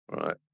right